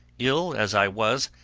ill as i was,